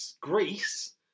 Greece